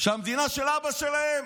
שהמדינה של אבא שלהם,